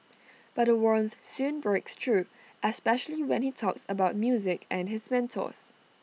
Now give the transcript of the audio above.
but A warmth soon breaks through especially when he talks about music and his mentors